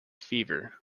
fever